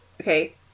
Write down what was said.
okay